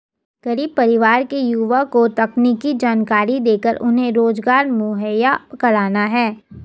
गरीब परिवार के युवा को तकनीकी जानकरी देकर उन्हें रोजगार मुहैया कराना है